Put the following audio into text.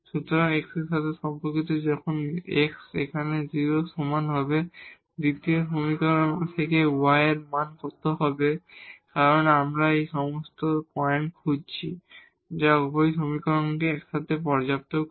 সুতরাং এর সাথে সম্পর্কিত যখন x এখানে 0 এর সমান হবে দ্বিতীয় সমীকরণ থেকে y এর মান কত হবে কারণ আমরা এমন সব পয়েন্ট খুঁজছি যা উভয় সমীকরণকে একসাথে পর্যাপ্ত করে